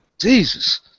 Jesus